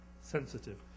sensitive